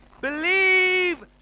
believe